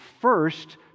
first